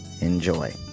enjoy